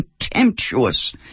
contemptuous